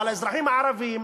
אבל האזרחים הערבים,